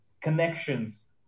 connections